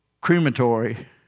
crematory